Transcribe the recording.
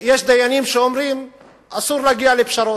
יש דיינים שאומרים: אסור להגיע לפשרות.